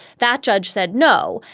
that judge said no.